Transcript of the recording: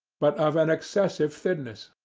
but of an excessive thinness.